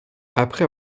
après